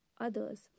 others